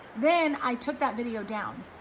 then i took that video down.